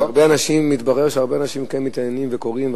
מתברר שהרבה אנשים כן מתעניינים וקוראים,